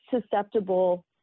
susceptible